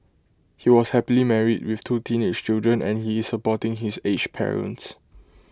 he was happily married with two teenage children and he is supporting his aged parents